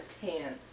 tan